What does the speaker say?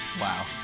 Wow